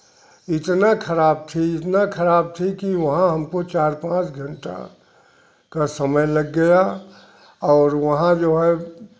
इतना खराब थी इतना खराब थी कि वहाँ हमको चार पाँच घंटा का समय लग गया और वहाँ जो है